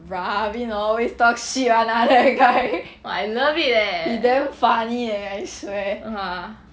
ravin always talk shit [one] lah that guy he damn funny eh I swear